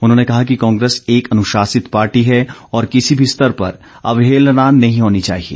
उन्होंने कहा कि कांग्रेस एक अनुशासित पार्टी है और किसी भी स्तर पर अवहेलना नहीं होनी चाहिए